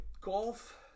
golf